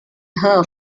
her